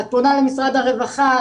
את פונה למשרד ההרווחה,